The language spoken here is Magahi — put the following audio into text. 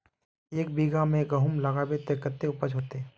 एक बिगहा में गेहूम लगाइबे ते कते उपज होते?